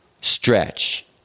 stretch